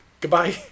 goodbye